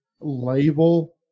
label